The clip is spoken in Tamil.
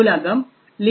நூலகம் libmylib